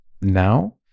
now